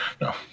No